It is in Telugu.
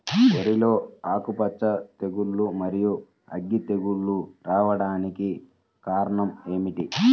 వరిలో ఆకుమచ్చ తెగులు, మరియు అగ్గి తెగులు రావడానికి కారణం ఏమిటి?